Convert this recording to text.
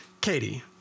Katie